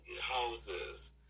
houses